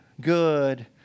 good